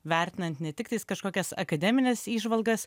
vertinant ne tik tais kažkokias akademines įžvalgas